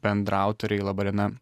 bendraautoriai laba diena